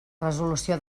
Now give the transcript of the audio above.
resolució